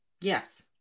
Yes